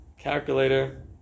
Calculator